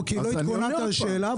כי לא התכוננת לשאלה,